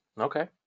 Okay